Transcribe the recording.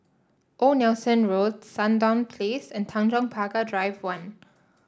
Old Nelson Road Sandown Place and Tanjong Pagar Drive One